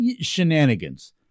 Shenanigans